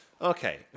Okay